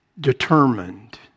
determined